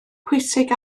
pwysig